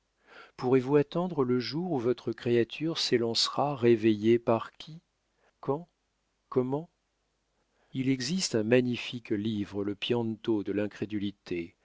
pourrez-vous attendre le jour où votre créature s'élancera réveillée par qui quand comment il existe un magnifique livre le pianto de l'incrédulité